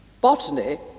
Botany